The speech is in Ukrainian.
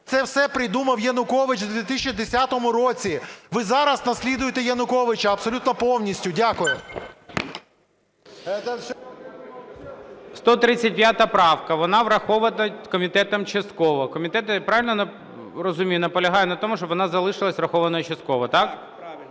Це все придумав Янукович в 2010 році. Ви зараз наслідуєте Януковича абсолютно повністю. Дякую. ГОЛОВУЮЧИЙ. 135 правка вона врахована комітетом частково. Комітет, я правильно розумію, наполягає на тому, щоб вона залишилась врахованою частково, так? ГОЛОВУЮЧИЙ.